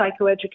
psychoeducation